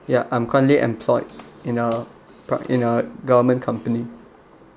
ya I'm currently employed in p~ in a government company